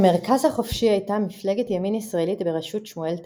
המרכז החופשי הייתה מפלגת ימין ישראלית בראשות שמואל תמיר.